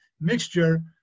mixture